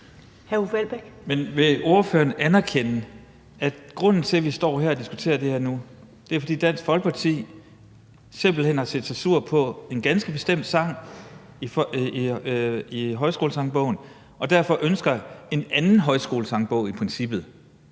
Men vil ordføreren anerkende, at grunden til, at vi står her og diskuterer det her nu, er, at Dansk Folkeparti simpelt hen har set sig sur på en ganske bestemt sang i Højskolesangbogen og derfor i princippet ønsker en anden Højskolesangbog? Altså, det